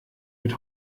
wird